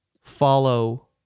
follow